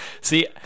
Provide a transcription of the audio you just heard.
See –